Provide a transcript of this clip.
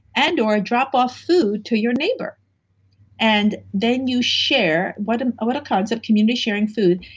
and or, ah drop off food to your neighbor and then you share what and what a concept, community sharing food,